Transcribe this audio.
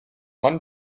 man